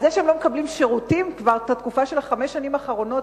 על כך שהם לא מקבלים שירותים בתקופה של חמש השנים האחרונות,